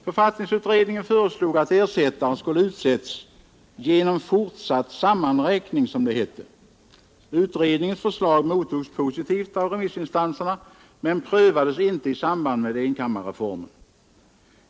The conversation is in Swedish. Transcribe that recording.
Författningsutredningen föreslog att ersättare skulle utses ”genom fortsatt sammanräkning”, som det hette. Utredningens förslag mottogs positivt av remissinstanserna men prövades inte i samband med enkammarreformen.